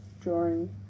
drawing